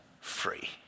free